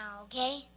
okay